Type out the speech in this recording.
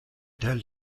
tell